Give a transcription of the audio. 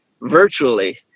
virtually